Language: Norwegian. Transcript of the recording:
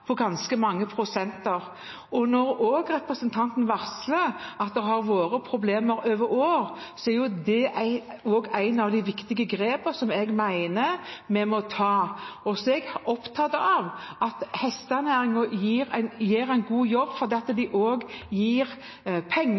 ganske mange prosenter. Når representanten også varsler at det har vært problemer over år, er det et av de viktige grepene jeg mener vi må ta. Jeg er også opptatt av at hestenæringen gjør en god jobb fordi den gir penger til organisasjoner utenfor næringen, som skaper mange gode fritidsaktiviteter for barn og